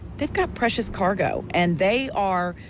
they've got proashes cargo and they are,